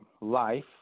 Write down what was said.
life